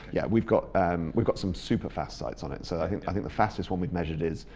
yeah, we've got um we've got some superfast sites on it. so i think i think the fastest one we've measured is,